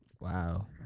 Wow